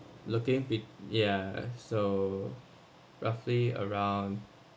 looking peak ya so roughly around